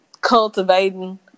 cultivating